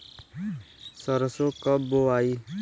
सरसो कब बोआई?